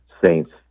Saints